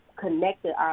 connected